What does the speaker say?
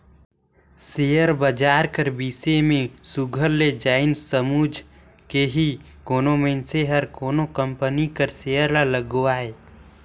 share बजार कर बिसे में सुग्घर ले जाएन समुझ के ही कोनो मइनसे हर कोनो कंपनी कर सेयर ल लगवाए